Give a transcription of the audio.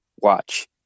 Watch